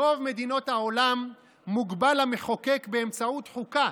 ברוב מדינות העולם מוגבל המחוקק באמצעות חוקה